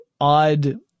odd